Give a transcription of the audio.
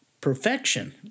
perfection